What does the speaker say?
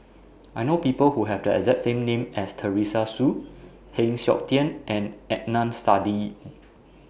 I know People Who Have The exact name as Teresa Hsu Heng Siok Tian and Adnan Saidi